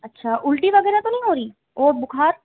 अच्छा उल्टी वगैरह तो नहीं हो रही ओर बुखार